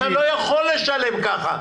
אתה לא יכול לשלם ככה.